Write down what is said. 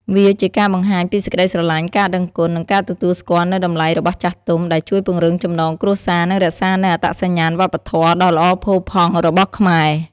វាជាការបង្ហាញពីសេចក្តីស្រលាញ់ ការដឹងគុណ និងការទទួលស្គាល់នូវតម្លៃរបស់ចាស់ទុំ ដែលជួយពង្រឹងចំណងគ្រួសារ និងរក្សានូវអត្តសញ្ញាណវប្បធម៌ដ៏ល្អផូរផង់របស់ខ្មែរ។